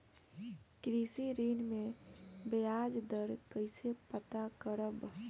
कृषि ऋण में बयाज दर कइसे पता करब?